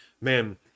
Man